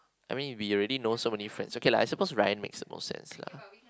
I mean you already know so many friends okay lah I suppose Ryan makes the most sense lah